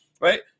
Right